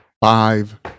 five